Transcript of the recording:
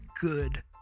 good